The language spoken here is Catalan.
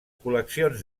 col·leccions